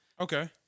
okay